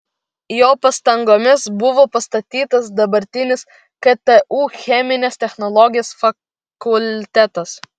jo pastangomis buvo pastatytas dabartinis ktu cheminės technologijos fakultetas